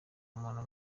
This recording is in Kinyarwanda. muntu